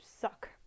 suck